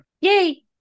Yay